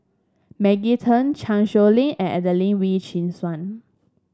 Maggie Teng Chan Sow Lin and Adelene Wee Chin Suan